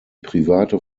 private